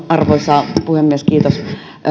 arvoisa puhemies kiitos